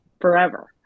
forever